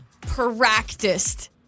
practiced